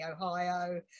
Ohio